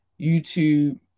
YouTube